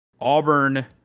Auburn